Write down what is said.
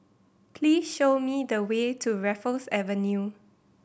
please show me the way to Raffles Avenue